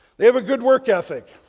they have a good work ethic.